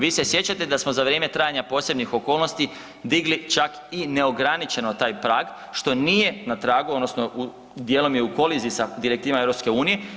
Vi se sjećate da smo za vrijeme trajanja posebnih okolnosti digli čak i neograničeno taj prag, što nije na tragu, odnosno, dijelom je u koliziji sa direktivama EU.